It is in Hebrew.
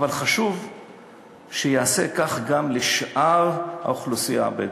אבל חשוב שיהיה כך גם אצל שאר האוכלוסייה הבדואית.